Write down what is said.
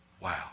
Wow